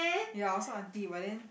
ya I also auntie but then